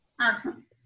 Awesome